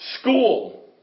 school